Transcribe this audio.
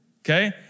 Okay